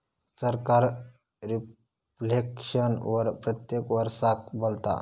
सरकार रिफ्लेक्शन वर प्रत्येक वरसाक बोलता